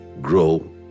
grow